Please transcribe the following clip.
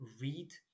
read